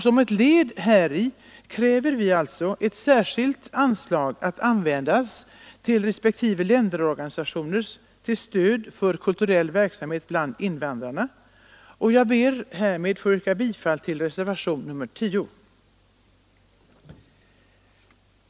Som ett led häri kräver vi ett särskilt anslag till respektive länderorganisationer att användas till stöd för kulturell verksamhet bland invandrarna. Jag ber härmed att få yrka bifall till reservationen 10.